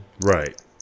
right